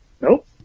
nope